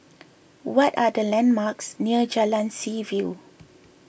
what are the landmarks near Jalan Seaview